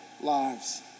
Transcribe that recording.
lives